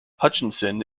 hutchinson